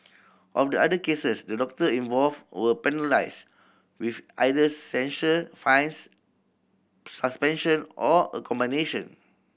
of the other cases the doctor involved were penalised with either censure fines suspension or a combination